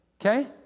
Okay